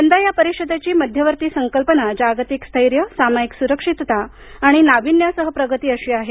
यंदा या परिषदेची मध्यवर्ती संकल्पना जागतिक स्थैर्य सामायिक सुरक्षितता आणि नावीन्यासह प्रगती अशी आहे